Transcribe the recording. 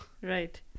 right